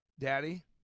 Daddy